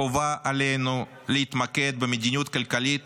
חובה עלינו להתמקד במדיניות כלכלית